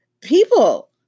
people